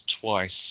twice